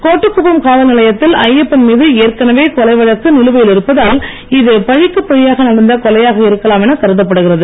கோட்டக்குப்பம் காவல்நிலையத்தில் ஐயப்பன் மீது ஏற்கனவே கொலை வழக்கு நிலுவையில் இருப்பதால் இது பழிக்கு பழியாக நடந்த கொலையாக இருக்கலாம் என கருதப்படுகிறது